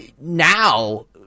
now